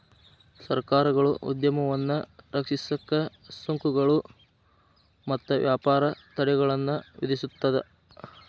ಸರ್ಕಾರಗಳು ಉದ್ಯಮವನ್ನ ರಕ್ಷಿಸಕ ಸುಂಕಗಳು ಮತ್ತ ವ್ಯಾಪಾರ ತಡೆಗಳನ್ನ ವಿಧಿಸುತ್ತ